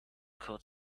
could